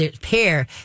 pair